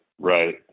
Right